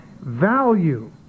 value